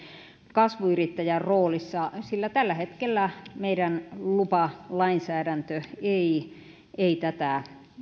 kasvuyrittäjän roolissa sillä tällä hetkellä meidän lupalainsäädäntömme ei ei tätä